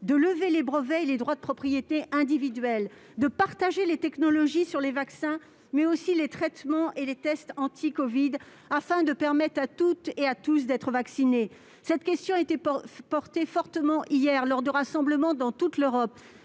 de lever les brevets et les droits de propriété intellectuelle, de partager non seulement les technologies sur les vaccins mais aussi les traitements et les tests anti-covid, afin de permettre à toutes et à tous d'être vaccinés ? Cette demande a été défendue avec force hier lors des rassemblements dans toute l'Europe